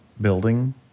building